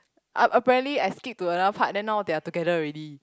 um apparently I skip to another part then now they are together already